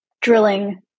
drilling